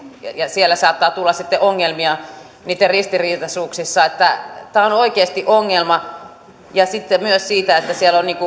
ja siellä saattaa tulla sitten ongelmia niitten ristiriitaisuuksissa tämä on oikeasti ongelma ja sitten myös siinä että siellä on